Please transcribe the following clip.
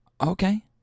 okay